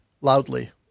loudly